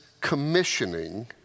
commissioning